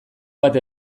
bat